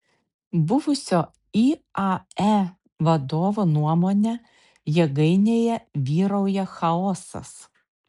buvusio iae vadovo nuomone jėgainėje vyrauja chaosas